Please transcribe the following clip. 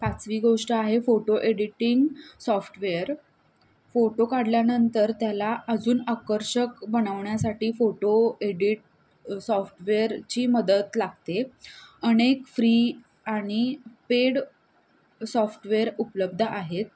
पाचवी गोष्ट आहे फोटो एडिटिंग सॉफ्टवेअर फोटो काढल्यानंतर त्याला अजून आकर्षक बनवण्यासाठी फोटो एडिट सॉफ्टवेअरची मदत लागते अनेक फ्री आणि पेड सॉफ्टवेअर उपलब्ध आहेत